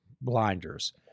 blinders